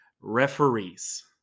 referees